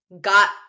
got